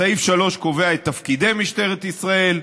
סעיף 3 קובע את תפקידי משטרת ישראל.